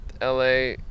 LA